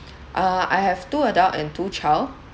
uh I have two adult and two child